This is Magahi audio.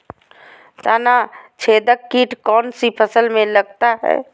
तनाछेदक किट कौन सी फसल में लगता है?